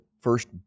first